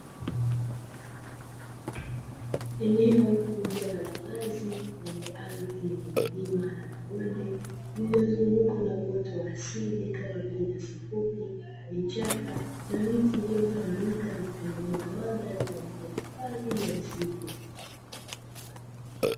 Eneo kubwa la wazi lenye ardhi yenye milima na mabonde, lililozungukwa na uoto wa asili, kama vile: nyasi fupi, vichaka na miti; iliyotawanyika na kutengeneza mandhari kwa ajili ya hifadhi ya misitu.